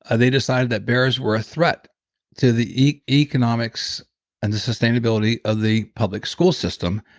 ah they decided that bears were a threat to the economics and the sustainability of the public school system,